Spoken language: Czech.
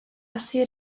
asi